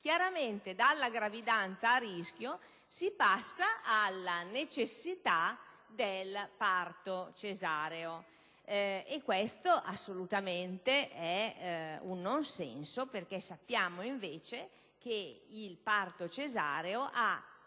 Chiaramente dalla gravidanza a rischio si passa alla necessità del parto cesareo. Questo è un non senso perché sappiamo invece che il parto cesareo ha